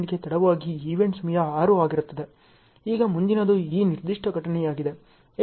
ಈಗ ಮುಂದಿನದು ಈ ನಿರ್ದಿಷ್ಟ ಘಟನೆಯಾಗಿದೆ ಏಕೆಂದರೆ ಲಿಂಕ್ ಈ ಕಡೆಯಿಂದ ಪ್ರಯಾಣಿಸುತ್ತಿದೆ